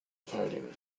fighting